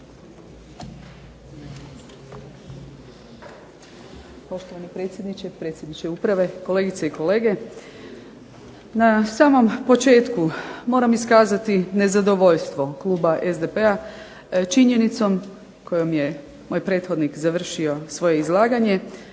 Poštovani predsjedniče, predsjedniče uprave, kolegice i kolege. Na samom početku moram iskazati nezadovoljstvo kluba SDP-a činjenicom kojom je moj prethodnik završio svoje izlaganje